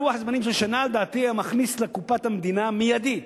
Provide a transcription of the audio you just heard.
לוח זמנים של שנה לדעתי היה מכניס לקופת המדינה מיידית